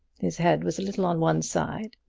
his head was a little on one side,